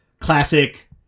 classic